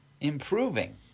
improving